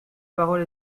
parole